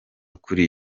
kuri